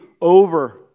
over